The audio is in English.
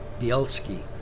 Bielski